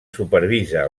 supervisa